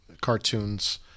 cartoons